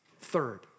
Third